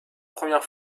première